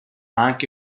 anche